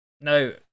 no